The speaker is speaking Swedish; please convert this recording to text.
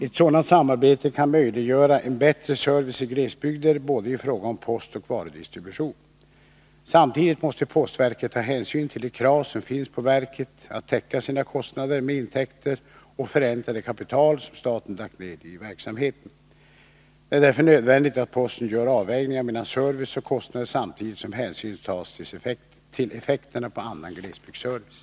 Ett sådant samarbete kan möjliggöra en bättre service i glesbygder i fråga om både postoch varudistribution. Samtidigt måste postverket ta hänsyn till de krav som finns på verket att täcka sina kostnader med intäkter och förränta det kapital som staten lagt ned i verksamheten. Det är därför nödvändigt att posten gör avvägningar mellan service och kostnader samtidigt som hänsyn tas till effekterna på annan glesbygdsservice.